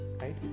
right